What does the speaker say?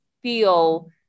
feel